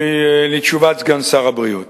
לתשובת סגן שר הבריאות.